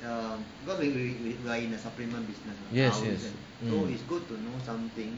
yes yes yes